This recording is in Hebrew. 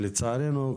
ולצערנו,